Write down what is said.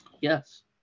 yes